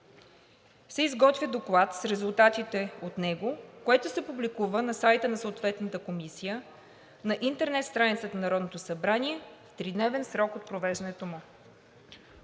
се изготвя доклад с резултатите от него, което се публикува на сайта на съответната комисия на интернет страницата на Народното събрание в тридневен срок от провеждането му.“